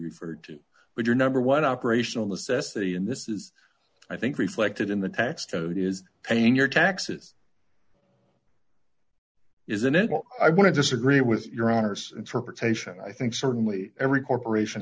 referred to but your number one operational necessity in this is i think reflected in the tax code is paying your taxes isn't it i want to disagree with your honor's interpretation i think certainly every corporation